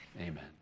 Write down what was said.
Amen